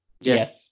Yes